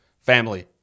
family